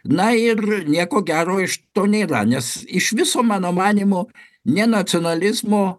na ir nieko gero iš to nėra nes iš viso mano manymu ne nacionalizmo